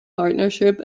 partnership